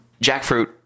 Jackfruit